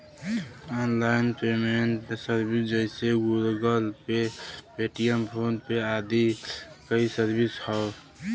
online payment service जइसे Google Pay, Paytm, PhonePe आदि कई सर्विस हौ